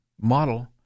model